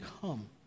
come